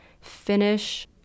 finish